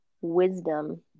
wisdom